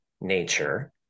nature